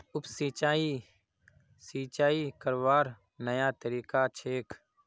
उप सिंचाई, सिंचाई करवार नया तरीका छेक